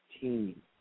team